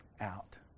out